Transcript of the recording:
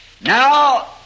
Now